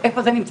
איפה זה נמצא?